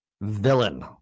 villain